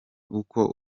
uko